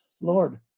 Lord